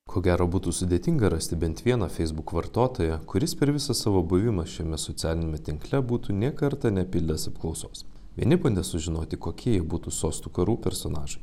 ko gero būtų sudėtinga rasti bent vieną facebook vartotoją kuris per visą savo buvimą šiame socialiniame tinkle būtų nė kartą nepildęs apklausos vieni bandė sužinoti kokie jie būtų sostų karų personažai